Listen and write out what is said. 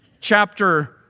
chapter